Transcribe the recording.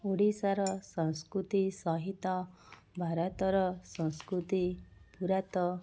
ଓଡ଼ିଶାର ସଂସ୍କୃତି ସହିତ ଭାରତର ସଂସ୍କୃତି ପୂରା ତ